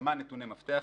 כמה נתוני מפתח.